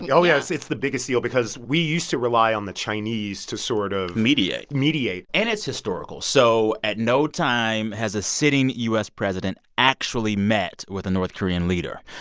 oh, yes. it's the biggest deal because we used to rely on the chinese to sort of. mediate. mediate and it's historical. so at no time has a sitting u s. president actually met with the north korean leader.